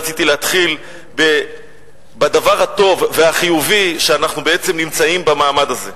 רציתי להתחיל בדבר הטוב והחיובי שאנחנו בעצם נמצאים במעמד הזה.